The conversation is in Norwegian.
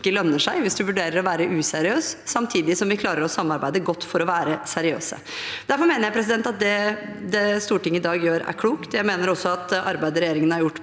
lønner seg, hvis du vurderer å være useriøs, samtidig som vi klarer å samarbeide godt for å være seriøse. Derfor mener jeg at det Stortinget i dag gjør, er klokt. Jeg mener også at arbeidet regjeringen har gjort